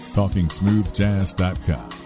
talkingsmoothjazz.com